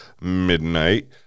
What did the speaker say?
midnight